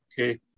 Okay